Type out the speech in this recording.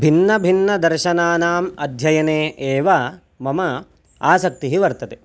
भिन्नभिन्नदर्शनानाम् अध्ययने एव मम आसक्तिः वर्तते